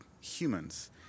humans